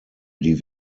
die